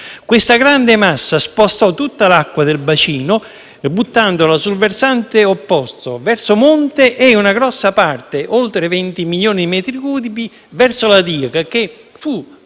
Questa grande massa spostò tutta l'acqua del bacino, buttandola sul versante opposto, verso monte, e una grossa parte (oltre 20 milioni di metri cubi) verso la diga, che fu